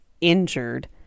injured